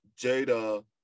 Jada